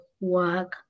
work